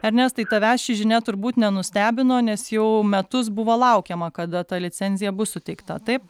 ernestai tavęs ši žinia turbūt nenustebino nes jau metus buvo laukiama kada ta licenzija bus suteikta taip